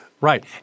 Right